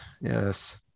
Yes